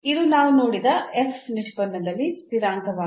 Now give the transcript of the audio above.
ಇದು ನಾವು ನೋಡಿದ ನಿಷ್ಪನ್ನದಲ್ಲಿ ಸ್ಥಿರಾಂಕವಾಗಿದೆ